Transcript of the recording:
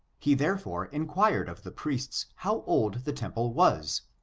he, therefore, inquired of the priests how old the temple was.